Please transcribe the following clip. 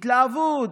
התלהבות.